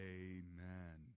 amen